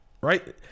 Right